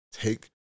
take